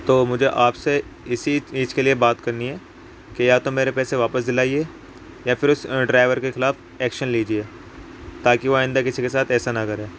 تو مجھے آپ سے اسی چیز کے لیے بات کرنی ہے کہ یا تو میرے پیسے واپس دلائیے یا پھر اس ڈرائیور کے خلاف ایکشن لیجیے تاکہ وہ آئندہ کسی کے ساتھ ایسا نہ کرے